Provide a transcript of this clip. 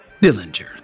Dillinger